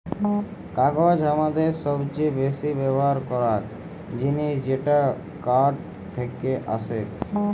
কাগজ হামাদের সবচে বেসি ব্যবহার করাক জিনিস যেটা কাঠ থেক্কে আসেক